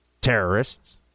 terrorists